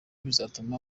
bizatuma